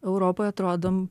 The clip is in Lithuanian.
europoj atrodom